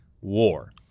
war